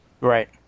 Right